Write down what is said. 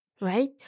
right